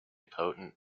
potent